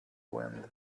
wind